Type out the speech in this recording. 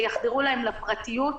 שיחדרו להם לפרטיות,